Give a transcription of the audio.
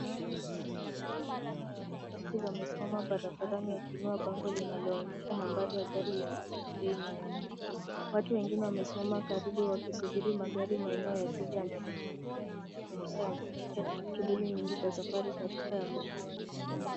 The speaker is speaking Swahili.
Mwanaume aliyevaa fulana ya reflekta amesimama barabarani akiinua bango linaloonyesha nambari ya gari iliyo na nauli, watu wengine wamesimama karibu wakisubiri magari maeneo.